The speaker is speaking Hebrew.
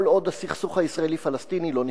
כל עוד הסכסוך הישראלי-פלסטיני לא נפתר.